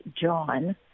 John